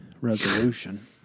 resolution